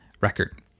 record